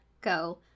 go